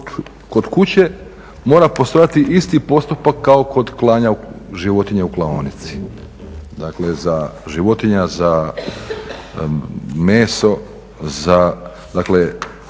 kod kuće mora postojati isti postupak kao kod klanja životinje u klaonici. Dakle, životinja za meso.